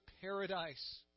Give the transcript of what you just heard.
paradise